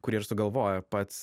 kurį ir sugalvojo pats